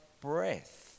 breath